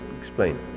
Explain